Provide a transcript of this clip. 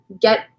get